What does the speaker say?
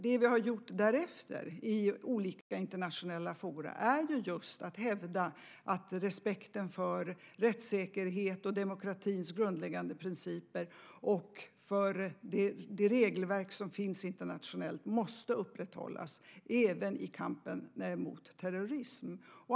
Det vi har gjort därefter i olika internationella forum har just varit att hävda respekten för rättssäkerhet, demokratins grundläggande principer och att det regelverk som finns internationellt måste upprätthållas även i kampen mot terrorism.